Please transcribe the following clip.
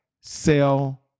sell